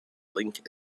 link